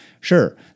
Sure